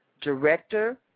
Director